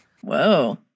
Whoa